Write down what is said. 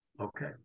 Okay